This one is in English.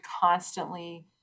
constantly